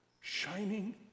shining